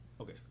Okay